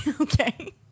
Okay